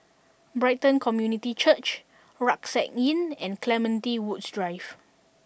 Brighton Community Church Rucksack Inn and Clementi Woods Drive